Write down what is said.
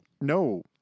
No